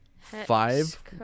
Five